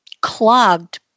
clogged